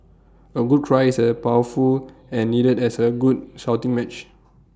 A good cry is as powerful and needed as A good shouting match